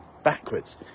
backwards